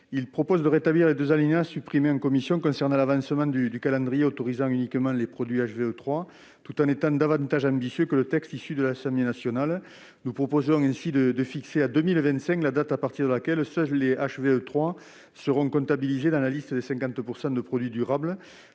repli vise à rétablir les deux alinéas supprimés en commission concernant l'avancement du calendrier autorisant uniquement les produits HVE 3, tout en étant plus ambitieux que le texte issu de l'Assemblée nationale. Ainsi, nous proposons de fixer à 2025 la date à partir de laquelle seuls les produits certifiés HVE 3 seront comptabilisés dans la liste des 50 % de produits durables.